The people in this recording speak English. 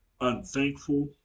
unthankful